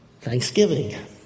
Thanksgiving